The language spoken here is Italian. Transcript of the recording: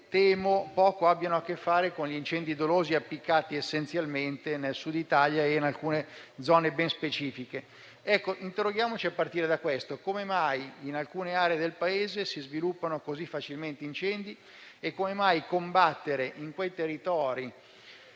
temo poco abbiano a che fare con incendi dolosi appiccati essenzialmente nel Sud Italia e in alcune zone ben specifiche. Ecco, interroghiamoci a partire da questo: come mai in alcune aree del Paese si sviluppano così facilmente incendi e come mai combattere in quei territori